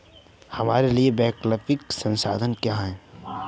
हमारे लिए वैकल्पिक समाधान क्या है?